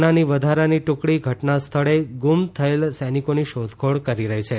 સેનાની વધારાની ટુકડી ઘટના સ્થળે ગુમ થયેલ સૈનિકોની શોધખોળ કરી રહી છે